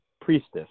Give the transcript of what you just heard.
priestess